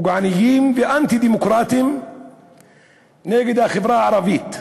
פוגעניים ואנטי-דמוקרטיים נגד החברה הערבית,